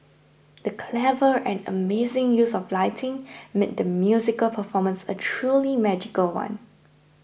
the clever and amazing use of lighting made the musical performance a truly magical one